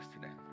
today